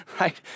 right